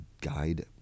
guide